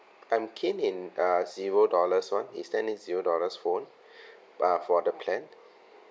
I'm keen in uh zero dollars [one] is there any zero dollars phone uh for the plan